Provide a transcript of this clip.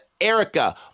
Erica